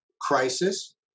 crisis